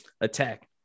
attack